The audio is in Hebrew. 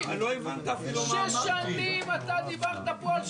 14:07.